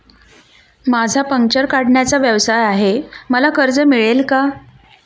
माझा पंक्चर काढण्याचा व्यवसाय आहे मला कर्ज मिळेल का?